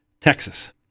Texas